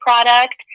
product